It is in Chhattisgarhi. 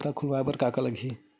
खाता खुलवाय बर का का लगही?